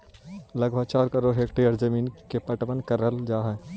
लगभग चार करोड़ हेक्टेयर जमींन के पटवन करल जा हई